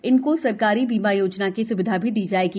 इनको सरकारी बीमा योजना की स्विधा दी जाएगी